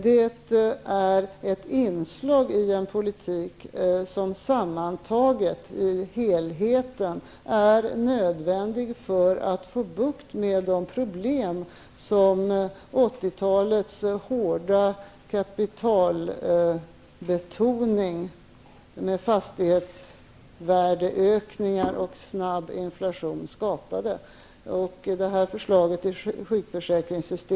Det här förslaget berörande sjukförsäkringssystemet är ett viktigt inslag i en politik som sammantaget är nödvändig för att få bukt med de problem som 80-talets hårda kapitalbetoning med fastighetsvärdeökningar och snabb inflation skapade.